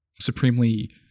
supremely